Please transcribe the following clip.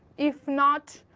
if not,